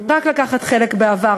רק לקחת חלק בעבר,